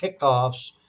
kickoffs